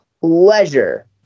pleasure